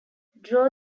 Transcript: draw